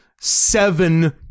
seven